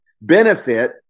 benefit